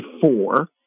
four